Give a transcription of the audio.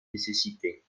nécessité